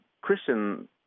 Christian